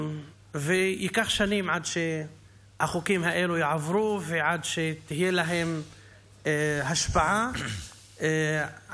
וייקח שנים עד שהחוקים האלה יעברו ועד שתהיה להם השפעה על